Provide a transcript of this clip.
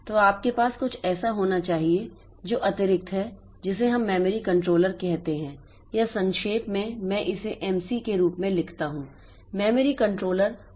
तो आपके पास कुछ ऐसा होना चाहिए जो अतिरिक्त है जिसे हम मेमोरी कंट्रोलर कहते हैं या संक्षेप में मैं इसे एमसी के रूप में लिखता हूं मेमोरी कंट्रोलर होना चाहिए